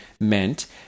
meant